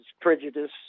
prejudice